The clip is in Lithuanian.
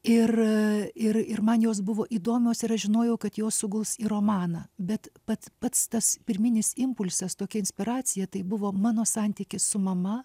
ir ir ir man jos buvo įdomios ir aš žinojau kad jos suguls į romaną bet pats pats tas pirminis impulsas tokia inspiracija tai buvo mano santykis su mama